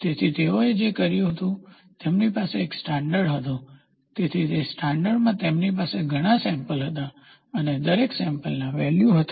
તેથી તેઓએ જે કર્યું તે હતું તેમની પાસે એક સ્ટાન્ડર્ડ હતું તેથી તે સ્ટાન્ડર્ડમાં તેમની પાસે ઘણા સેમ્પલ્સ હતા અને દરેક સેમ્પલના વેલ્યુ હતા